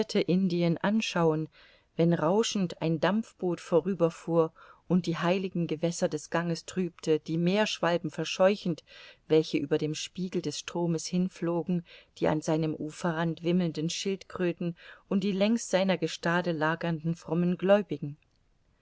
indien anschauen wenn rauschend ein dampfboot vorüber fuhr und die heiligen gewässer des ganges trübte die meerschwalben verscheuchend welche über dem spiegel des stromes hinflogen die an seinem uferrand wimmelnden schildkröten und die längs seiner gestade lagernden frommen gläubigen